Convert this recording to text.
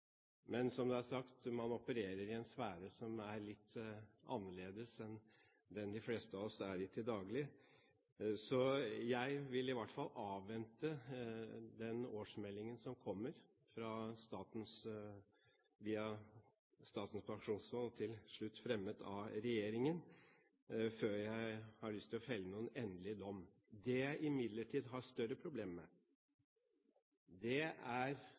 Men som det er sagt: Man opererer i en sfære som er litt annerledes enn den de fleste av oss er i til daglig. Så jeg vil i hvert fall avvente den årsmeldingen som kommer via Statens pensjonsfond og til slutt blir fremmet av regjeringen før jeg har lyst til å felle noen endelig dom. Det jeg imidlertid har større problemer med, er